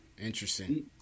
Interesting